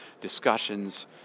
discussions